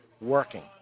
working